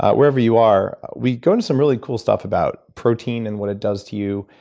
wherever you are, we go into some really cool stuff about protein and what it does to you.